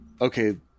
Okay